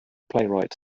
playwright